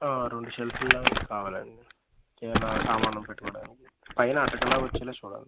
రెండు సెల్ఫ్ల లాంటివి కావాలండి ఏమన్న సామాను పెట్టుకోవడానికి పైన అటకలాగ వచ్చేల చూడండి